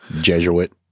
Jesuit